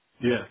Yes